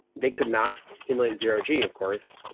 they could not simulate zero g, of course.